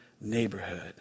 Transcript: neighborhood